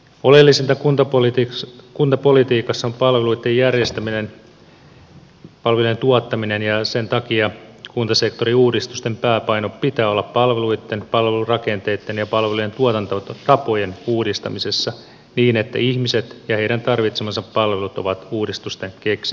oleellisinta kuntapolitiikassa on palveluitten järjestäminen ja palvelujen tuottaminen ja sen takia kuntasektoriuudistusten pääpainon pitää olla palveluitten palvelurakenteitten ja palveluiden tuotantotapojen uudistamisessa niin että ihmiset ja heidän tarvitsemansa palvelut ovat uudistusten keskiössä